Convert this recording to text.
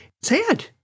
sad